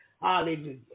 Hallelujah